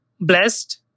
blessed